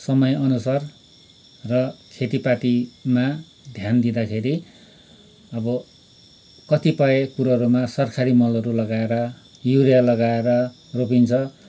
समयअनुसार र खेतीपातीमा ध्यान दिँदाखेरि अब कतिपय कुरोहरूमा सरकारी मलहरू लगाएर युरिया लगाएर रोपिन्छ